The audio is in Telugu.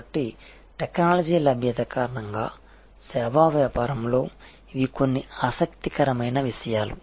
కాబట్టి టెక్నాలజీ లభ్యత కారణంగా సేవా వ్యాపారంలో ఇవి కొన్ని ఆసక్తికరమైన విషయాలు